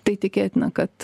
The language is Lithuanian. tai tikėtina kad